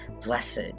Blessed